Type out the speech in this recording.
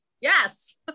Yes